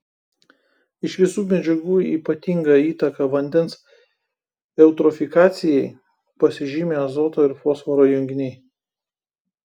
iš visų medžiagų ypatinga įtaka vandens eutrofikacijai pasižymi azoto ir fosforo junginiai